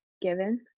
given